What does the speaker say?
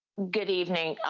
good evening,